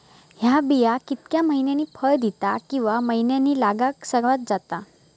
हया बिया कितक्या मैन्यानी फळ दिता कीवा की मैन्यानी लागाक सर्वात जाता?